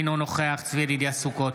אינו נוכח צבי ידידיה סוכות,